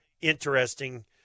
interesting –